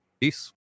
Peace